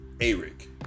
Eric